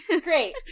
great